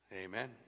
amen